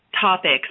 topics